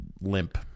limp